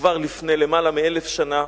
כבר לפני למעלה מ-1,000 שנה.